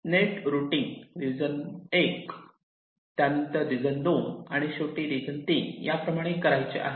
net routing region 1 त्यानंतर region 2 आणि शेवटी रिजन 3 याप्रमाणे करायचे आहे